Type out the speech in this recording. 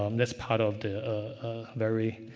um that's part of the very,